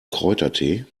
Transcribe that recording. kräutertee